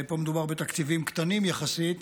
פה מדובר בתקציבים קטנים יחסית.